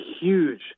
huge